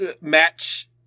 match